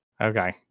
Okay